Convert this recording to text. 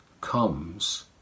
comes